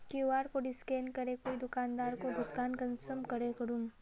QR code scan करे कोई दुकानदारोक भुगतान कुंसम करे करूम?